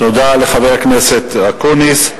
תודה לחבר הכנסת אקוניס.